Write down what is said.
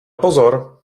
pozor